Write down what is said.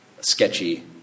sketchy